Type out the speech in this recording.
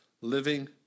Living